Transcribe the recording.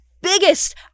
biggest